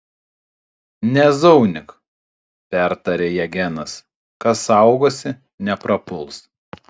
nezaunyk pertarė ją genas kas saugosi neprapuls